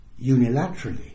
unilaterally